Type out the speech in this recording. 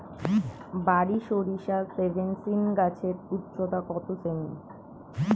বারি সরিষা সেভেনটিন গাছের উচ্চতা কত সেমি?